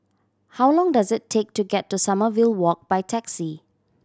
how long does it take to get to Sommerville Walk by taxi